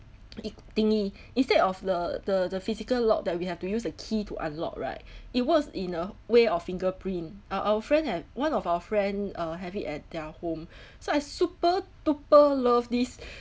it thingy instead of the the the physical lock that we have to use a key to unlock right it works in a way of fingerprint uh our friend have one of our friend uh have it at their home so I super duper love this